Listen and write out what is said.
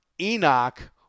Enoch